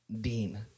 Dean